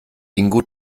ingo